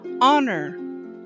Honor